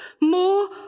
more